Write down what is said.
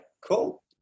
cool